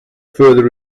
further